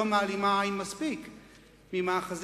היא לא מעלימה עין מספיק ממאחזים,